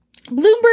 Bloomberg